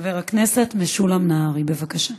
חבר הכנסת משולם נהרי, בבקשה.